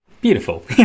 beautiful